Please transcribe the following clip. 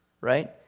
right